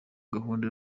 gahunda